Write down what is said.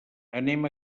anem